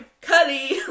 curly